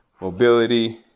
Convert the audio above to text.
mobility